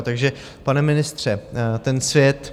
Takže pane ministře, ten svět...